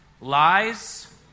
lies